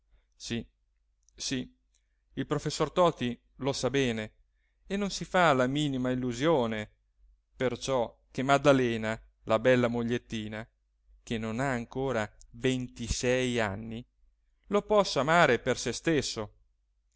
sì sì il professor toti lo sa bene e non si fa la minima illusione perciò che maddalena la bella mogliettina che non ha ancora ventisei anni lo possa amare per se stesso